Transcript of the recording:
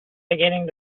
beginning